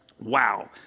Wow